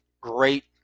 great